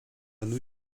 new